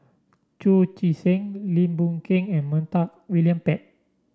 Chu Chee Seng Lim Boon Keng and Montague William Pett